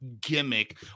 gimmick